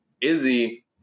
Izzy